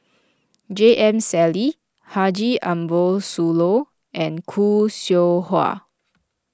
J M Sali Haji Ambo Sooloh and Khoo Seow Hwa